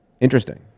Interesting